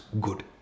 good